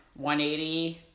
180